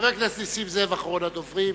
חבר הכנסת נסים זאב, אחרון הדוברים.